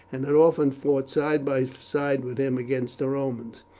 and had often fought side by side with him against the romans.